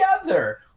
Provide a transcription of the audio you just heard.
together